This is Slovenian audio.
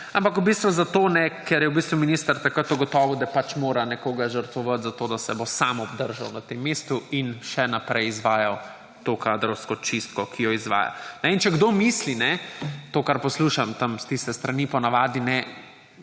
ampak v bistvu zato, ker je minister takrat ugotovil, da pač mora nekoga žrtvovati, zato da se bo sam obdržal na tem mestu in še naprej izvajal to kadrovsko čistko, ki jo izvaja. In če kdo misli, to, kar ponavadi poslušam s tiste strani,